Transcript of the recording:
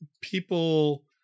people